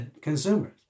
consumers